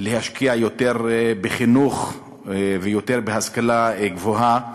להשקיע יותר בחינוך ויותר בהשכלה גבוהה.